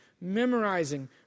memorizing